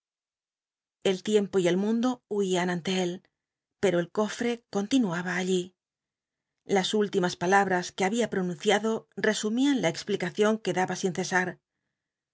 el tiempo y el mundo huían ante él pero el cofre conti nuaba allí las últimas palabras que había pronunciado resumían la explicacion que daba sin cesar